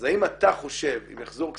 אז האם אתה חושב שאם יחזרו כספים,